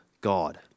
God